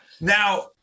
Now